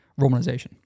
Romanization